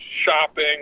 shopping